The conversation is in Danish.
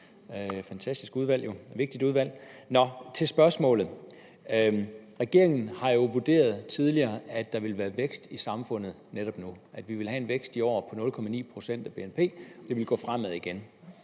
fantastisk udvalg, et vigtigt udvalg. Regeringen har tidligere vurderet, at der ville være vækst i samfundet netop nu, at vi ville have en vækst i år på 0,9 pct. af BNP, at det ville gå fremad igen.